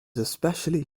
especially